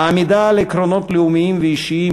העמידה על עקרונות לאומיים ואישיים,